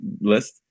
list